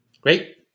Great